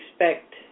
expect